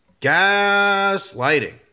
gaslighting